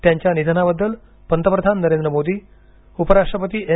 त्यांच्या निधनाबद्दल पंतप्रधान नरेंद्र मोदी उपराष्ट्रपती एम